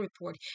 report